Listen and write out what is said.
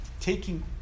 Taking